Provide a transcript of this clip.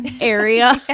area